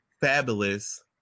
fabulous